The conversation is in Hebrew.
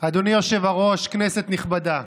אדוני היושב-ראש, כנסת נכבדה,